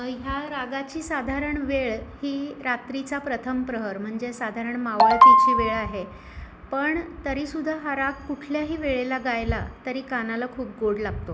ह्या रागाची साधारण वेळ ही रात्रीचा प्रथम प्रहर म्हणजे साधारण मावळतीची वेळ आहे पण तरी सुद्धा हा राग कुठल्याही वेळेला गायला तरी कानाला खूप गोड लागतो